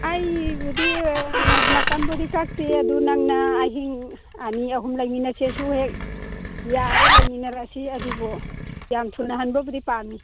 ꯑꯩꯕꯨꯗꯤ ꯃꯇꯝꯕꯨꯗꯤ ꯀꯛꯇꯦ ꯑꯗꯨ ꯅꯪꯅ ꯑꯍꯤꯡ ꯑꯅꯤ ꯑꯍꯨꯝ ꯂꯩꯃꯤꯟꯅꯁꯦꯁꯨ ꯍꯦꯛ ꯌꯥꯔꯦ ꯂꯩꯃꯤꯟꯅꯔꯁꯤ ꯑꯗꯨꯕꯨ ꯌꯥꯝ ꯊꯨꯅ ꯍꯟꯕꯕꯨꯗꯤ ꯄꯥꯝꯃꯤ